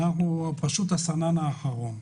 אנחנו הסנן האחרון.